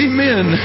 Amen